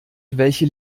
welche